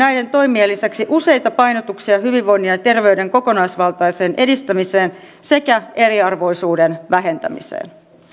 toimien lisäksi useita painotuksia hyvinvoinnin ja ja terveyden kokonaisvaltaiseen edistämiseen sekä eriarvoisuuden vähentämiseen